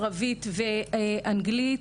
ערבית ואנגלית.